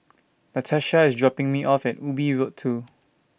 Latarsha IS dropping Me off At Ubi Road two